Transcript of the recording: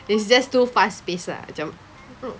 it's just too fast paced ah macam mm